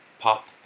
Pop